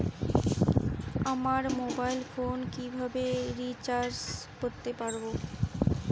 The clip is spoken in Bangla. আমার মোবাইল ফোন কিভাবে রিচার্জ করতে পারব?